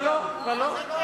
לא.